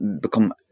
become